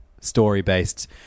story-based